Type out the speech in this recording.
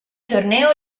torneo